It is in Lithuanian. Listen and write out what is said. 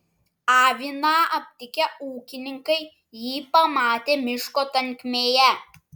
aviną aptikę ūkininkai jį pamatė miško tankmėje